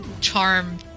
charm